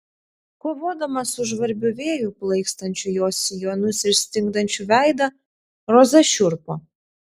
kovodama su žvarbiu vėju plaikstančiu jos sijonus ir stingdančiu veidą roza šiurpo